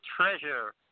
treasure